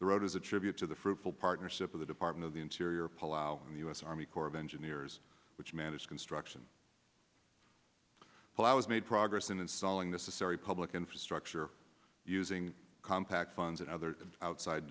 the road is a tribute to the fruitful partnership of the department of the interior palauan the us army corps of engineers which manages construction plows made progress in installing the sorry public infrastructure using compact funds and other outside